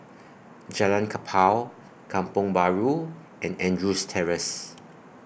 Jalan Kapal Kampong Bahru and Andrews Terrace